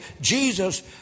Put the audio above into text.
Jesus